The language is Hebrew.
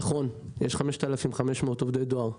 נכון, יש 5,500 עובדי דואר,